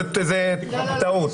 זאת טעות,